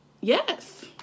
Yes